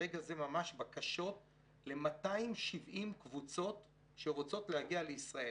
ברגע זה ממש בקשות ל-270 קבוצות שרוצות להגיע לישראל.